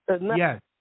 Yes